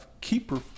keeper